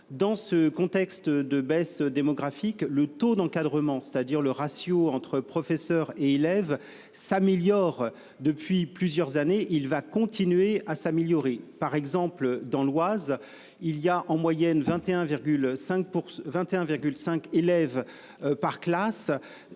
Dans ce contexte de baisse démographique, le taux d'encadrement, c'est-à-dire le ratio entre professeurs et élèves s'améliore depuis plusieurs années, il va continuer à s'améliorer, par exemple dans l'Oise. Il y a en moyenne 21,5 pour 21,5 élèves par classe